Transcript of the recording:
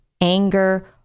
anger